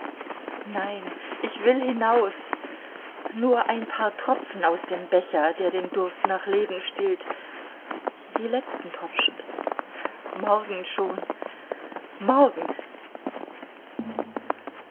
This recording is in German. nein ich will hinaus nur ein paar tropfen aus dem becher der den durst nach leben stillt die letzten tropfen morgen schon morgen